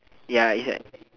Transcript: ya it's like